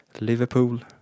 Liverpool